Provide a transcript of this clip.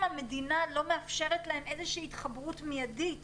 המדינה לא מאפשרת להם איזושהי התחברות מיידית